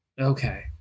Okay